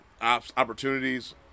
opportunities